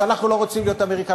אז אנחנו לא רוצים להיות אמריקה,